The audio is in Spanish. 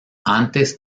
antes